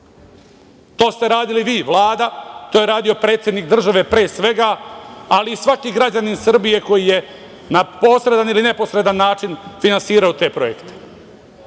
To ste radili vi, Vlada, to je radio predsednik države, pre svega, ali i svaki građanin Srbije koji je na posredan ili neposredan način finansirao te projekte. Ono